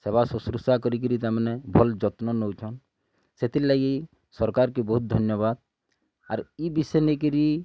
ସେବା ଶୁଶ୍ରୂସା କରିକିରି ତାମାନେ ଭଲ ଯତ୍ନ ନଉଛନ୍ ସେଥିର୍ଲାଗି ସରକାର୍କେ ବହୁତ୍ ଧନ୍ୟବାଦ୍ ଆର୍ ଇ ବିଷୟ ନେଇକରି